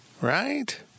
right